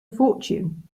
fortune